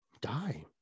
die